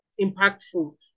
impactful